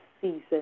season